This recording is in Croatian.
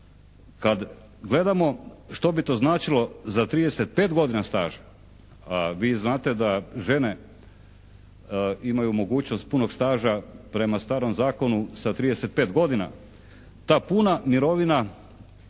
kad gledamo što bi to značilo za 35 godina staža a vi znate da žene imaju mogućnost punog staža prema starom zakonu sa 35 godina. Ta puna mirovina